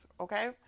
Okay